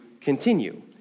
continue